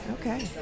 Okay